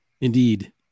Indeed